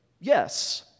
yes